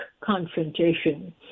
confrontation